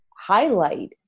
highlight